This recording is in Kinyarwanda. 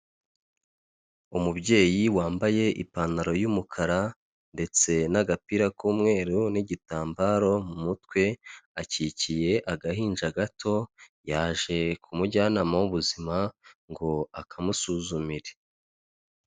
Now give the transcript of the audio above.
Umubyeyi wambaye ipantaro y'umukara ndetse n'agapira k'umweru, n'igitambaro mu mutwe, akikiye agahinja gato, yaje kumujyanama w'ubuzima ngo akamusuzumire.